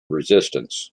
resistance